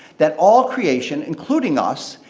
that all creation, including us,